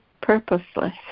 purposeless